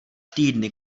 týdny